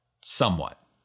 somewhat